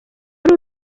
ari